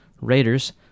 Raiders